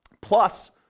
plus